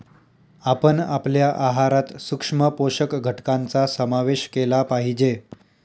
आपण आपल्या आहारात सूक्ष्म पोषक घटकांचा समावेश केला पाहिजे